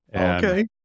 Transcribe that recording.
okay